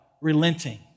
relenting